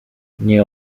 nie